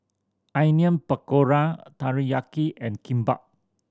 Onion Pakora Teriyaki and Kimbap